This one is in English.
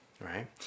right